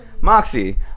Moxie